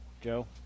Joe